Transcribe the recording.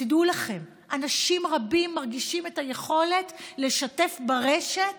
תדעו לכם, אנשים רבים מרגישים יכולת לשתף ברשת